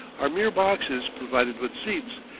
are mere boxes provided with seats,